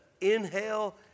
inhale